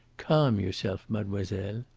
calm yourself, mademoiselle.